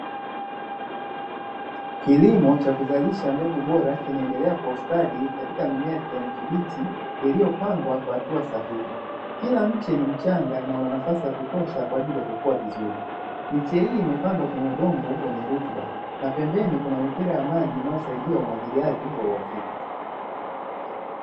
Kilimo cha kuzalisha mbegu bora kinaendelea kwa ustadi katika mimea ya kijani kibichi, iliyopangwa kwa hatua sahihi. Kila mche ni mchanga na unanafasi ya kutosha kwa ajili ya kukua vizuri. Miche hii imepandwa kwenye udongo wenye rutuba, na pembeni kuna mipira ya maji inayosaidia umwagiliaji wa uhakika.